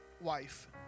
wife